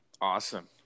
Awesome